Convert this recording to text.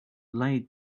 laid